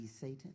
Satan